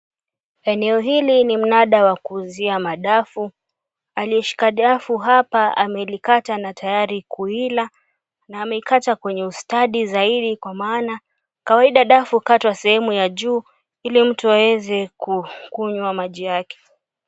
Eneo hili ni mnada wa kuuzia madafu, aliyeshika dafu hapa amelikata na tayari kulila na amekata kwenye ustadi zaidi kwa maana dafu hukatwa sehemu ya juu ili mtu aweze kukunywa maji yake.